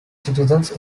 citizens